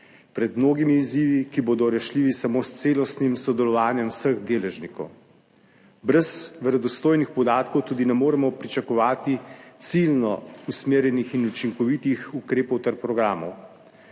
pred mnogimi izzivi, ki bodo rešljivi samo s celostnim sodelovanjem vseh deležnikov. Brez verodostojnih podatkov tudi ne moremo pričakovati ciljno usmerjenih in učinkovitih ukrepov ter programov.